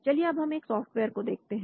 चलिए अब हम एक सॉफ्टवेयर को देखते हैं